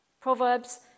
Proverbs